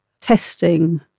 testing